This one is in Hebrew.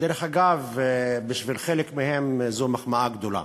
ודרך אגב, בשביל חלק מהם זו מחמאה גדולה.